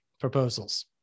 proposals